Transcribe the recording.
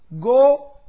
go